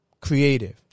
creative